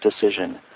decision